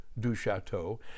Duchateau